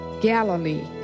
Galilee